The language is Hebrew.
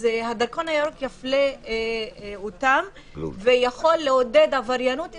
אז הדרכון הירוק יפלה אותם ויכול לעודד עבריינות אזרחית,